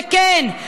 וכן,